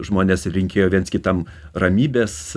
žmonės linkėjo viens kitam ramybės